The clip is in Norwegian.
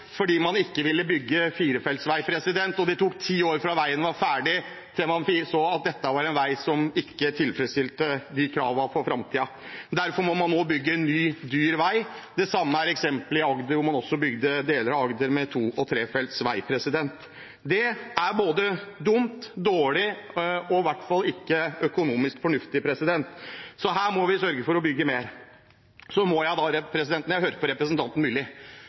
fordi man ikke ville bygge firefelts vei. Det tok ti år fra veien var ferdig, til man så at dette var en vei som ikke tilfredsstilte kravene for framtiden. Derfor må man nå bygge en ny dyr vei. Det samme er det eksempel på i Agder, hvor man også bygde veier i deler av Agder med to og tre felt. Det er både dumt, dårlig og i hvert fall ikke økonomisk fornuftig. Her må vi sørge for å bygge mer. Så må jeg si når jeg hører representanten Myrli: